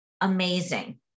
amazing